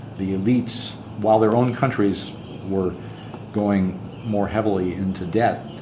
the elites while their own countries were going more heavily into debt,